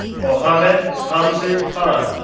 mohammed tamzid khan,